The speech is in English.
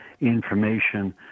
information